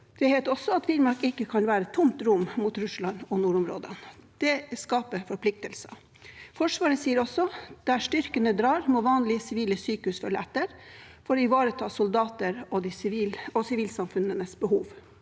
Det heter også at Finnmark ikke kan være tomt rom mot Russland og nordområdene. Det skaper forpliktelser. Forsvaret sier også at der styrkene drar, må vanlige sivile sykehus følge etter for å ivareta soldatenes og sivilsamfunnets behov.